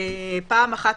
פעם אחת,